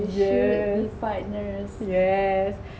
yes yes